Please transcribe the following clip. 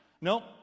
Nope